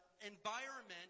environment